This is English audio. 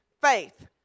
faith